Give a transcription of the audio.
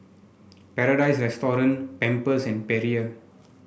Paradise Restaurant Pampers and Perrier